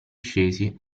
scesi